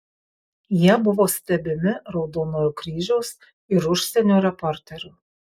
jie buvo stebimi raudonojo kryžiaus ir užsienio reporterių